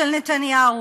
של נתניהו.